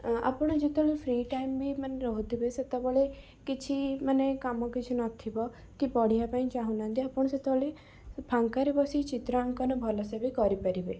ଆପଣ ଯେତେବେଳେ free time ବି ମାନେ ରହୁଥିବେ ସେତେବେଳେ କିଛି ମାନେ କାମ କିଛି ନ ଥିବ କି ପଢ଼ିବା ପାଇଁ ଚାହୁଁ ନାହାଁନ୍ତି ଆପଣ ସେତେବେଳେ ଫାଙ୍କାରେ ବସି ଚିତ୍ରାଙ୍କନ ଭଲ ସେ ବି କରିପାରିବେ